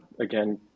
again